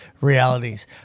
realities